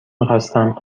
میخواستم